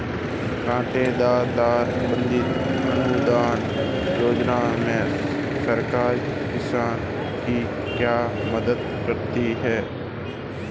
कांटेदार तार बंदी अनुदान योजना में सरकार किसान की क्या मदद करती है?